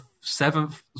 seventh